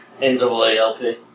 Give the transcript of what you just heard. NAALP